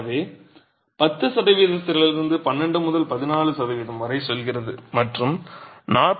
எனவே 10 சதவீதத்திலிருந்து 12 முதல் 14 சதவீதம் வரை செல்கிறது மற்றும் 44